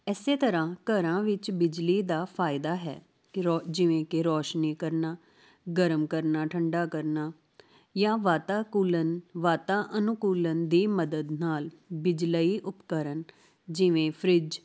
ਇਸੇ ਤਰ੍ਹਾਂ ਘਰਾਂ ਵਿੱਚ ਬਿਜਲੀ ਦਾ ਫਾਇਦਾ ਹੈ ਕਿ ਰੋ ਜਿਵੇਂ ਕਿ ਰੋਸ਼ਨੀ ਕਰਨਾ ਗਰਮ ਕਰਨਾ ਠੰਢਾ ਕਰਨਾ ਜਾਂ ਵਾਤਾਕੁਲਨ ਵਾਤਾਅਨੁਕੂਲਨ ਦੀ ਮਦਦ ਨਾਲ ਬਿਜਲਈ ਉਪਕਰਨ ਜਿਵੇਂ ਫਰਿੱਜ